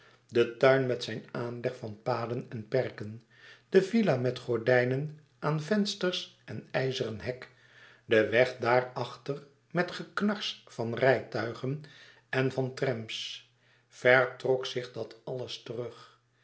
den tuin met zijn aanleg van paden en perken de villa met gordijnen aan vensters en ijzeren hek den weg daarachter met geknars van rijtuigen en van trams vèr trok zich dat alles terug